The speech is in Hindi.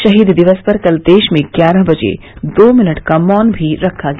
शहीद दिवस पर कल देश में ग्यारह बजे दो मिनट का मौन भी रखा गया